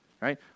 right